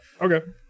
okay